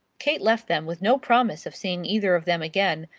kate left them with no promise of seeing either of them again,